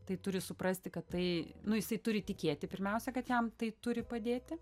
tai turi suprasti kad tai nu jisai turi tikėti pirmiausia kad jam tai turi padėti